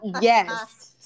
Yes